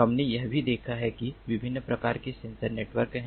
हमने यह भी देखा है कि विभिन्न प्रकार के सेंसर नेटवर्क हैं